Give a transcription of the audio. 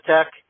Tech